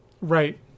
Right